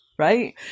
right